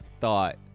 thought